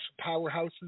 powerhouses